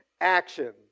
action